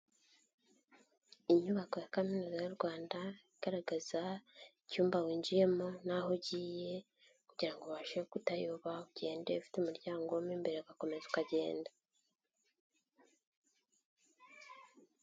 Inyubako ya kaminuza y'u Rwanda, igaragaza icyumba winjiyemo n'aho ugiye kugira ngo ubashe kutayoba ugenda ufite umuryango mo imbere ukomeza ukagenda.